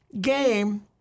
game